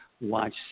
watch